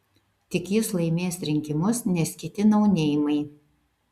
tik jis laimės rinkimus nes kiti nauneimai